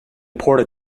ported